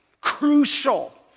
crucial